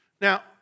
Now